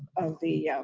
of the